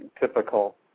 typical